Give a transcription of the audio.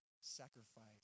sacrifice